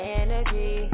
energy